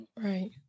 Right